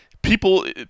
People